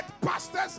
pastors